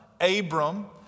Abram